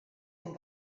and